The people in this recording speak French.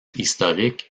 historique